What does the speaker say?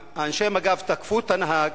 אנשי מג"ב תקפו את הנהג,